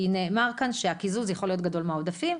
כי נאמר כאן שהקיזוז יכול להיות גדול מהעודפים,